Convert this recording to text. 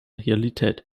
realität